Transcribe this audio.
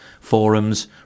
forums